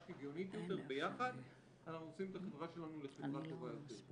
שוויונית יותר ביחד אנחנו עושים את החברה שלנו לחברה טובה יותר.